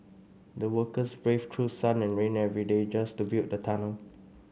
the workers braved through sun and rain every day just to build the tunnel